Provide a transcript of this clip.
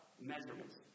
measurements